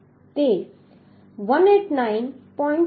તે 189